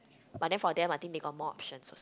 but then for them I think they got more options also